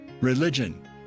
religion